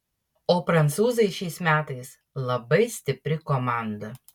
o prancūzai šiais metais labai stipri komanda